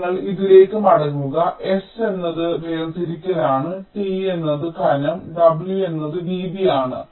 അതിനാൽ നിങ്ങൾ ഇതിലേക്ക് മടങ്ങുക s എന്നത് വേർതിരിക്കലാണ് t എന്നത് കനം w എന്നത് വീതിയാണ്